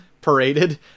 Paraded